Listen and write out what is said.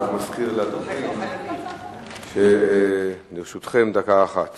אני רק מזכיר לדוברים שלרשותכם דקה אחת